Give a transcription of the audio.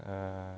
ah